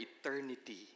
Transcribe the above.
eternity